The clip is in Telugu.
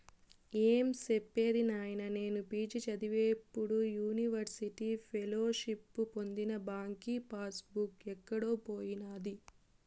ఏం సెప్పేది నాయినా, నేను పి.జి చదివేప్పుడు యూనివర్సిటీ ఫెలోషిప్పు పొందిన బాంకీ పాస్ బుక్ ఎక్కడో పోయినాది